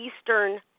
Eastern